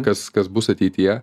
kas kas bus ateityje